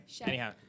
Anyhow